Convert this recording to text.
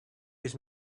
his